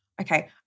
okay